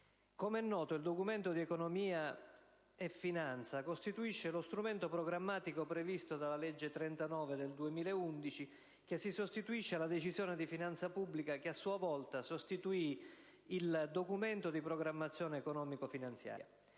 com'è noto, il Documento di economia e finanza costituisce lo strumento programmatico, previsto dalla legge n. 39 del 2011, che si sostituisce alla Decisione di finanza pubblica, che a sua volta sostituì il Documento di programmazione economico-finanziaria.